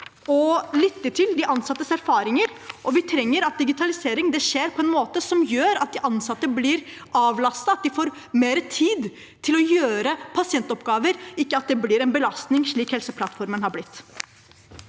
å lytte til de ansattes erfaringer, og vi trenger at digitaliseringen skjer på en måte som gjør at de ansatte blir avlastet, at de får mer tid til å gjøre pasientoppgaver – ikke at det blir en belastning, slik Helseplattformen har blitt.